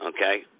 Okay